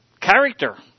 character